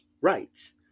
rights